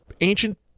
Ancient